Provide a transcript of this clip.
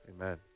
Amen